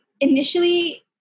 initially